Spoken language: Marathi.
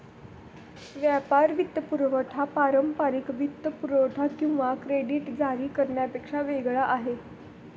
व्यापार वित्तपुरवठा पारंपारिक वित्तपुरवठा किंवा क्रेडिट जारी करण्यापेक्षा वेगळा आहे